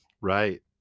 Right